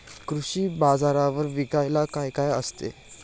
कृषी बाजारावर विकायला काय काय असते?